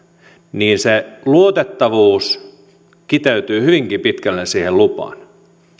se luotettavuus kiteytyy hyvinkin pitkälle siihen lupaan